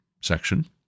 section